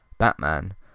batman